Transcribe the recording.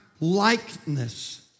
likeness